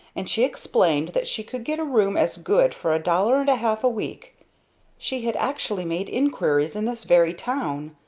and she explained that she could get a room as good for a dollar and a-half a week she had actually made inquiries in this very town!